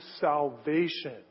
salvation